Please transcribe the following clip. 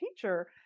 teacher